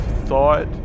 thought